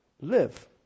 live